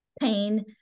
pain